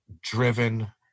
driven